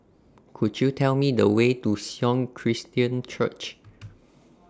Could YOU Tell Me The Way to Sion Christian Church